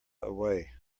away